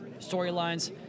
storylines